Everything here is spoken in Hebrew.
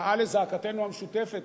שעה לזעקתנו המשותפת,